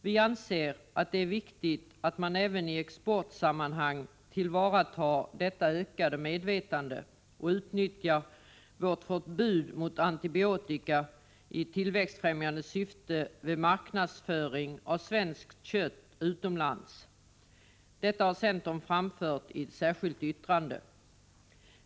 Vi anser att det är viktigt att man även i exportsammanhang tillvaratar detta ökade medvetande och utnyttjar vårt förbud mot antibiotika i tillväxtbefrämjande syfte vid marknadsföring av svenskt kött utomlands. Detta har centern framfört i ett särskilt yttrande.